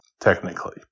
technically